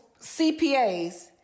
CPAs